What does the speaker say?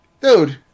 dude